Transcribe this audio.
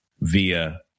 via